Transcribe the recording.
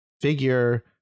figure